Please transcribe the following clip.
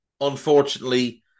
unfortunately